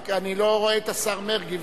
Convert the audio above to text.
רק אני לא רואה את השר מרגי.